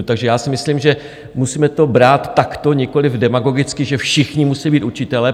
Takže já si myslím, že to musíme brát takto, nikoliv demagogicky, že všichni musí být učitelé.